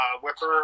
Whipper